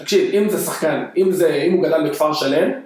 תקשיב, אם זה שחקן, אם זה, אם הוא גדל בכפר שלם...